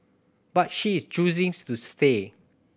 but she is choosing to stay